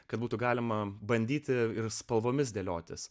kad būtų galima bandyti ir spalvomis dėliotis